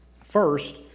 First